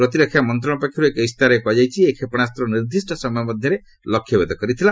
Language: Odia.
ପ୍ରତିରକ୍ଷା ମନ୍ତ୍ରଣାଳୟ ପକ୍ଷରୁ ଏକ ଇସ୍ତାହାରରେ କୁହାଯାଇଛି ଏହି କ୍ଷେପଣାସ୍ତ ନିର୍ଦ୍ଦିଷ୍ଟ ସମୟ ମଧ୍ୟରେ ଲକ୍ଷ୍ୟଭେଦ କରିଥିଲା